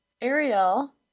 Ariel